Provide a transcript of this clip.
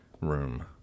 room